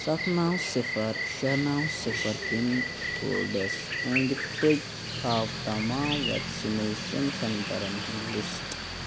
سَتھ نَو صِفَر شےٚ نَو صِفَر پِن کوڈس أنٛدۍ پٔکۍ ہاو تمام وٮ۪کسِنیشَن سٮ۪نٛٹَرن ہُنٛد لسٹ